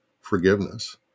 forgiveness